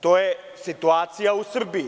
To je situacija u Srbiji.